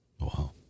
wow